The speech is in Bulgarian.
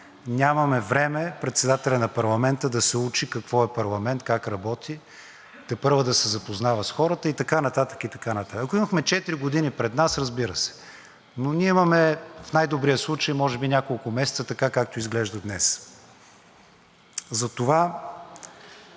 Нямаме време председателят на парламента да се учи какво е парламент, как работи, тепърва да се запознава с хората и така нататък, и така нататък. Ако имахме четири години пред нас, разбира се, но ние имаме в най-добрия случай може би няколко месеца, така, както изглежда днес, и затова